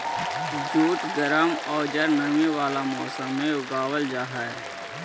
jute गर्म औउर नमी वाला मौसम में उगावल जा हई